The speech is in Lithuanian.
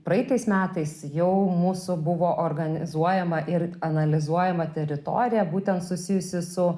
praeitais metais jau mūsų buvo organizuojama ir analizuojama teritorija būtent susijusi su